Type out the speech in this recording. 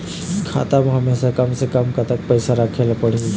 खाता मा हमेशा कम से कम कतक पैसा राखेला पड़ही थे?